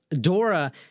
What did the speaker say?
Dora